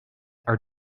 are